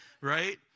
right